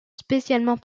spécialement